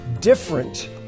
different